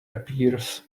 appears